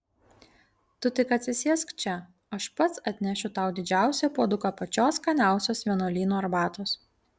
tu tik atsisėsk čia aš pats atnešiu tau didžiausią puoduką pačios skaniausios vienuolyno arbatos